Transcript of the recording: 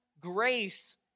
grace